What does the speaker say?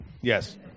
Yes